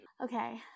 Okay